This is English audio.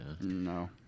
No